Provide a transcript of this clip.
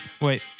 Wait